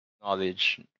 knowledge